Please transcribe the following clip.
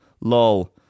Lol